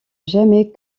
jamais